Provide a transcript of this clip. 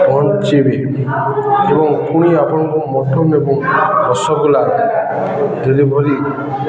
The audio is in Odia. ପହଞ୍ଚିବି ଏବଂ ପୁଣି ଆପଣଙ୍କୁ ମଟନ ଏବଂ ରସଗୋଲା ଡେଲିଭରି